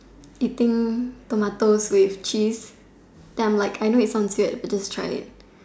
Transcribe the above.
eating tomatoes with cheese then I'm like I know it sounds weird but just try it